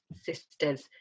sisters